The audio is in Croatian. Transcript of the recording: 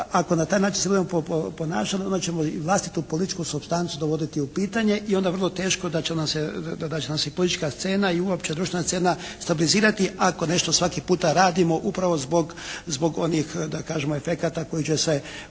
ako na taj način se budemo ponašali onda ćemo i vlastitu političku supstancu dovoditi u pitanje i onda vrlo teško da će nam se, da će nam se i politička scena i uopće društvena scena stabilizirati ako nešto svaki puta radimo upravo zbog, zbog onih da